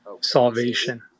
salvation